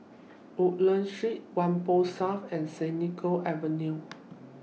Woodlands Street Whampoa South and Senoko Avenue